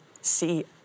see